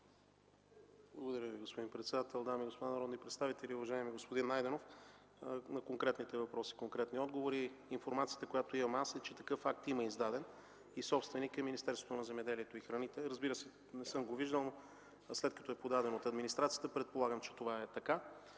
Благодаря Ви, господин председател. Дами и господа народни представители! Уважаеми господин Найденов, на конкретните въпроси – конкретни отговори. Информацията, която имам аз, е, че има издаден такъв акт. Собственик е Министерството на земеделието и храните. Не съм го виждал, но след като е подадено от администрацията, предполагам, че това е така.